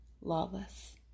Lawless